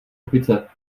opice